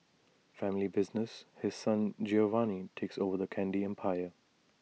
family business His Son Giovanni takes over the candy empire